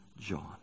John